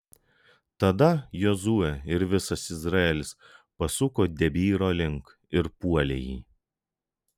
tada jozuė ir visas izraelis pasuko debyro link ir puolė jį